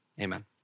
amen